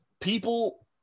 People